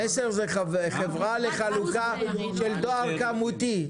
"מסר" זה חברה לחלוקה של דואר כמותי.